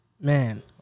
man